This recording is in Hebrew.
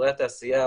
אזורי התעשייה,